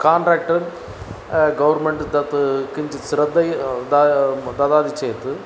contractor government तत् किञ्चित् श्रद्धा दा ददाति चेत्